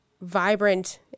vibrant